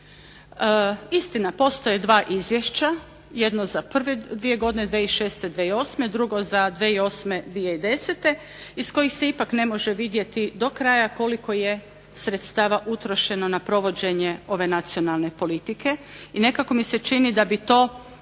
Istina, postoje dva izvješća jedno za prve dvije godine 2006. i 2008., drugo za 2008., 2010. iz kojih se ipak ne može vidjeti do kraja koliko je sredstava utrošeno na provođenje ove nacionalne politike. I nekako mi se čini da bi to